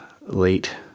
late